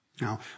Now